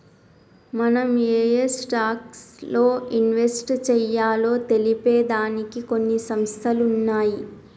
మనం ఏయే స్టాక్స్ లో ఇన్వెస్ట్ చెయ్యాలో తెలిపే దానికి కొన్ని సంస్థలు ఉన్నయ్యి